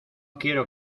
quiero